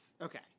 Okay